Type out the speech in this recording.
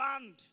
land